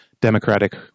Democratic